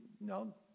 No